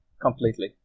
completely